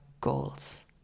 goals